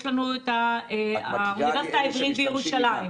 יש לנו את האוניברסיטה העברית בירושלים.